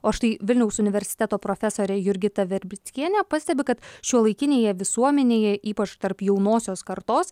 o štai vilniaus universiteto profesorė jurgita verbickienė pastebi kad šiuolaikinėje visuomenėje ypač tarp jaunosios kartos